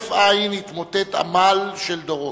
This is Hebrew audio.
כהרף עין התמוטט עמל של דורות.